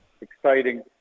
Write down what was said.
exciting